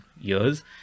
years